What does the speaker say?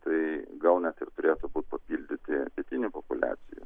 tai gal net ir turėtų būti papildyta pietinė populiacija